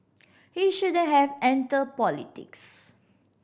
he shouldn't have entered politics